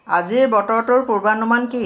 আজিৰ বতৰটোৰ পূৰ্বানুমান কি